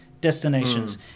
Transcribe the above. destinations